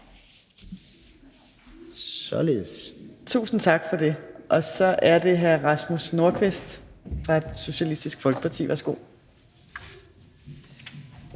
Folkepartis ordfører. Så er det hr. Rasmus Nordqvist fra Socialistisk Folkeparti. Værsgo.